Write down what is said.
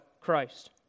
Christ